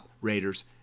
Raiders